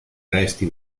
resti